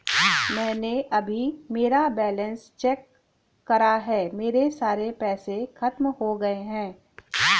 मैंने अभी मेरा बैलन्स चेक करा है, मेरे सारे पैसे खत्म हो गए हैं